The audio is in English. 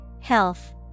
Health